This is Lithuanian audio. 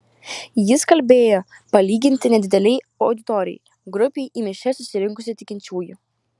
jis kalbėjo palyginti nedidelei auditorijai grupei į mišias susirinkusių tikinčiųjų